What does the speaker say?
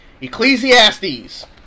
Ecclesiastes